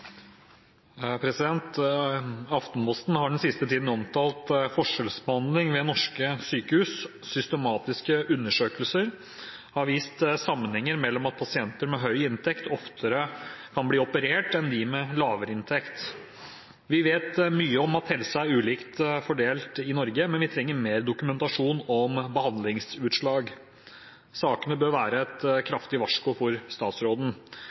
har den siste tiden omtalt forskjellsbehandling ved norske sykehus. Systematiske undersøkelser har vist sammenhenger mellom at pasienter med høy inntekt oftere blir operert enn de med lavere inntekt. Vi vet mye om at helse er ulikt fordelt i Norge, men vi trenger mer dokumentasjon om behandlingsutslag. Sakene bør være et kraftig varsku for statsråden.